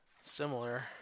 similar